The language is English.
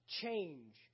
change